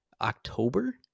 October